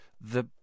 The—